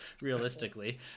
realistically